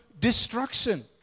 destruction